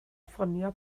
ffonio